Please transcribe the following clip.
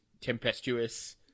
tempestuous